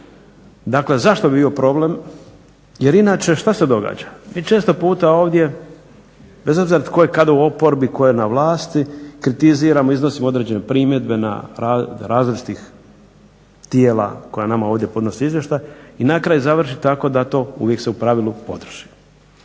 Dakle, zašto bi bio problem, jer inače šta se događa, mi često puta ovdje bez obzira tko je kada u oporbi, ko je na vlasti kritiziramo, iznosimo određene primjedbe na različitih tijela koja nama ovdje podnose izvještaje i na kraju završi tako da to uvijek se u pravilu potroši.